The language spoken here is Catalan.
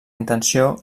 intenció